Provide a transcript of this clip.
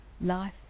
life